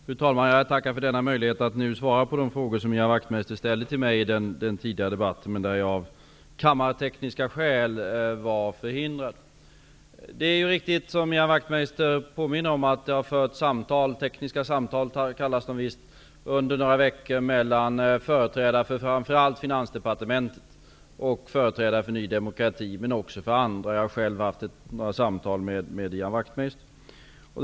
Fru talman! Jag tackar för denna möjlighet att nu svara på de frågor som Ian Wachtmeister ställde till mig i den tidigare debatten, vid vilket tillfälle jag av kammartekniska skäl var förhindrad att närvara. Det är riktigt som Ian Wachtmeister påminner om att det har förts tekniska samtal under några veckor mellan framför allt företrädare för Finansdepartementet och företrädare för Ny demokrati -- men också för andra. Jag har själv haft några samtal med Ian Wachtmeister.